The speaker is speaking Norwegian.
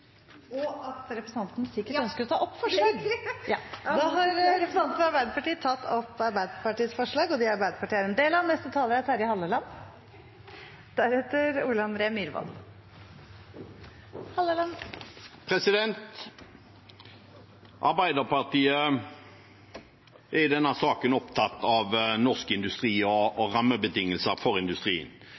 Og at representanten sikkert ønsker å ta opp forslag? Ja, det er riktig. Da har representanten Else-May Norderhus tatt opp forslagene fra Arbeiderpartiet og forslagene Arbeiderpartiet og Miljøpartiet De Grønne står sammen om. Arbeiderpartiet er i denne saken opptatt av norsk industri og rammebetingelser for industrien.